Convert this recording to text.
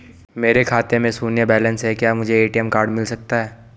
मेरे खाते में शून्य बैलेंस है क्या मुझे ए.टी.एम कार्ड मिल सकता है?